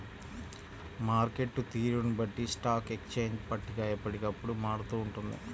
market తీరును బట్టి stock exchange పట్టిక ఎప్పటికప్పుడు మారుతూ ఉంటుంది